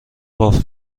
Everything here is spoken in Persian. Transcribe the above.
باف